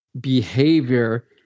behavior